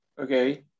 okay